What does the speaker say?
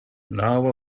now